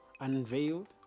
unveiled